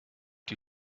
die